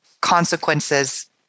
consequences